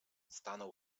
stanął